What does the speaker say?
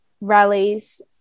rallies